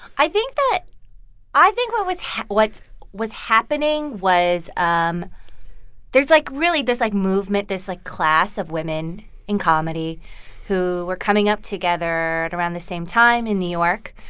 i think that i think what was what was happening was um there's, like, really this, like, movement this, like, class of women in comedy who were coming up together at around the same time in new york.